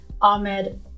Ahmed